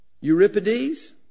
Euripides